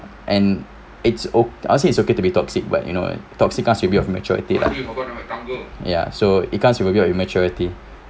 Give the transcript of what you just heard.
and it's oh I'll say it's okay to be toxic but you know what toxic comes with a bit of maturity ah ya so it comes with a bit of immaturity